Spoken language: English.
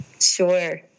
Sure